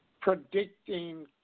predicting